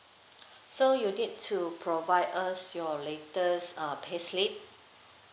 so you need to provide us your latest uh payslip